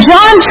John